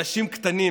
אנשים קטנים